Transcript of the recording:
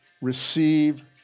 receive